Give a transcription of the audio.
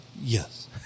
Yes